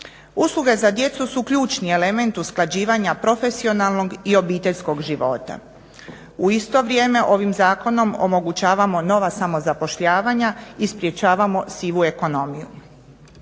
Usluge za djecu su ključni element usklađivanja profesionalnog i obiteljskog života. U isto vrijeme ovim zakonom omogućavamo nova samozapošljavanja i sprječavamo sivu ekonomiju.